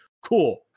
cool